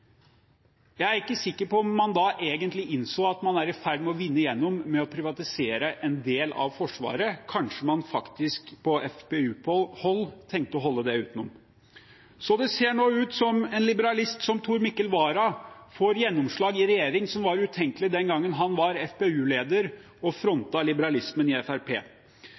Jeg er ikke sikker på om man da egentlig innså at man er i ferd med å vinne gjennom, med å privatisere en del av Forsvaret. Kanskje man på FpU-hold tenkte å holde det utenom. Så det ser nå ut som at en liberalist som Tor Mikkel Wara i regjering får gjennomslag som var utenkelig den gangen han var FpU-leder og frontet liberalismen i